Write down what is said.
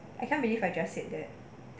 I can't believe I just said that